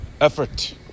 effort